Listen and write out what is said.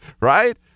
right